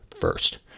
first